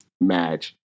match